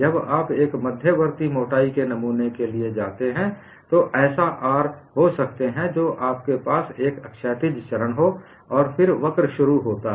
जब आप एक मध्यवर्ती मोटाई के नमूने के लिए जाते हैं तो ऐसा R हो सकते हैं जो आपके पास एक क्षैतिज चरण हो और फिर वक्र शुरू होता है